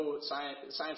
science